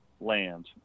land